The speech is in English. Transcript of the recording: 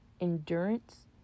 endurance